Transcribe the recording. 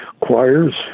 choirs